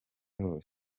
hose